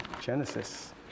Genesis